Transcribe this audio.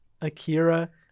Akira